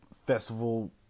festival